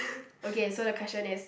okay so the question is